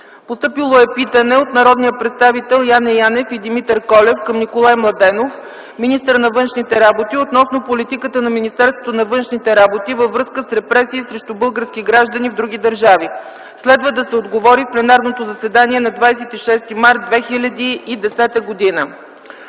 Постъпило е питане от народните представители Яне Янев и Димитър Колев към Николай Младенов – министър на външните работи, относно политиката на Министерството на външните работи във връзка с репресии срещу български граждани в други държави. Следва да се отговори в пленарното заседание на 26 март 2010 г.